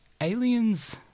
aliens